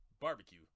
barbecue